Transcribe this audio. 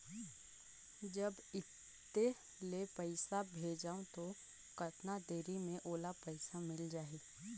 जब इत्ते ले पइसा भेजवं तो कतना देरी मे ओला पइसा मिल जाही?